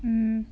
mm